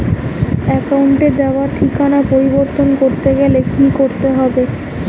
অ্যাকাউন্টে দেওয়া ঠিকানা পরিবর্তন করতে গেলে কি করতে হবে?